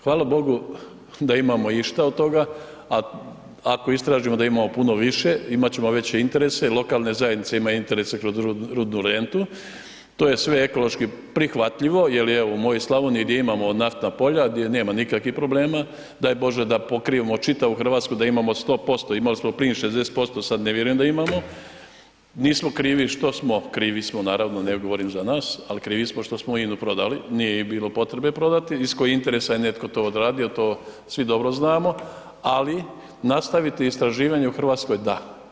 Hvala bogu da imamo išta od toga a ako istražimo da imamo puno više, imat ćemo veće interese, lokalne zajednice imaju interese kroz rudnu rentu, to je sve ekološki prihvatljivo jer evo, u mojoj Slavoniji gdje imamo naftna polja, gdje nema nikakvih problema, daj bože da pokrijemo čitavu Hrvatsku da imamo 100%, imali smo prije plin 60%, sad ne vjerujem da imamo, nismo krivi što smo, krivi smo naravno, ne govorim za nas ali krivi smo što smo INA-u prodali, nije je bilo potrebe prodati, iz kojih interesa je netko to odradio, to svi dobro znamo ali nastaviti istraživanje u Hrvatskoj, da.